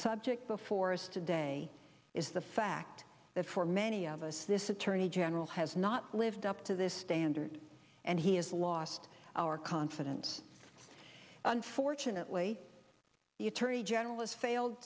subject before us today is the fact that for many of us this attorney general has not lived up to this standard and he has lost our confidence unfortunately the attorney general is failed